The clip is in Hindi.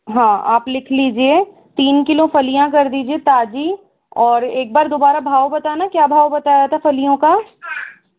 हाँ आप लिख लीजिए तीन किलो फलियाँ कर दीजिए ताज़ी और एक बार दोबारा भाव बताना क्या भाव बताया था फलीयों का